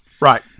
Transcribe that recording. Right